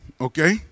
okay